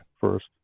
first